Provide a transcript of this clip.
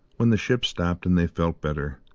when the ship stopped and they felt better,